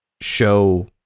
show